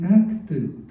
acted